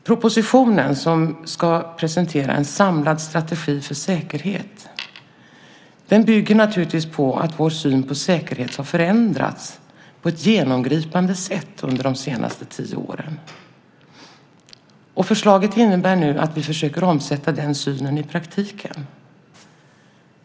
Propositionen, som ska presentera en samlad strategi för säkerhet, bygger naturligtvis på att vår syn på säkerhet har förändrats på ett genomgripande sätt under de senaste tio åren. Förslaget innebär att vi försöker omsätta den synen i praktiken.